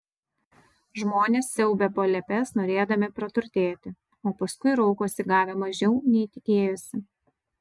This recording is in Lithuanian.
žmonės siaubia palėpes norėdami praturtėti o paskui raukosi gavę mažiau nei tikėjosi